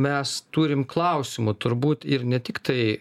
mes turim klausimų turbūt ir ne tik tai